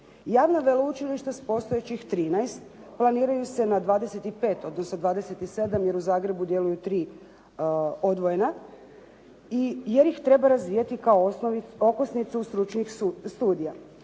Javno veleučilište s postojećih 13 planiraju se na 25, odnosno 27 jer u Zagrebu djeluju 3 odvojena i jer ih treba razvijati kao okosnicu stručnih studija.